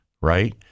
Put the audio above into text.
right